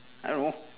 I don't know